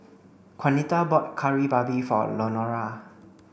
Juanita bought Kari Babi for Lenora